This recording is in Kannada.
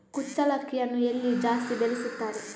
ಕುಚ್ಚಲಕ್ಕಿಯನ್ನು ಎಲ್ಲಿ ಜಾಸ್ತಿ ಬೆಳೆಸುತ್ತಾರೆ?